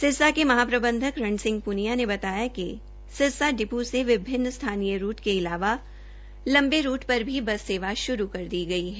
सिरसा के महाप्रबंधक रण सिह प्निया ने बताया कि सिरसा डिप् से विभिन्न स्थानीय रूट के अलावा लंबे रूट पर भी बस सेवा शुरू कर दी गई है